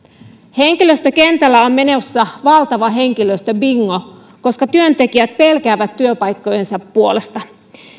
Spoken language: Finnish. henkilöstökentällä on menossa valtava henkilöstöbingo koska työntekijät pelkäävät työpaikkojensa puolesta